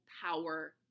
power